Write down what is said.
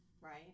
right